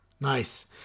Nice